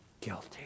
guilty